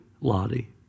Lottie